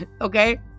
Okay